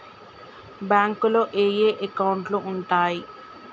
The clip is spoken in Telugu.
బ్యాంకులో ఏయే అకౌంట్లు ఉంటయ్?